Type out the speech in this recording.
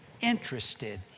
interested